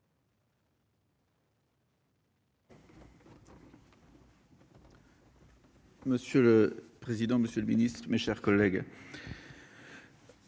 Monsieur le président, monsieur le ministre, mes chers collègues,